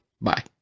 Bye